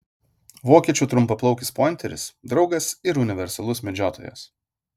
vokiečių trumpaplaukis pointeris draugas ir universalus medžiotojas